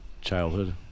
childhood